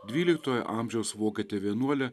dvyliktojo amžiaus vokietę vienuolę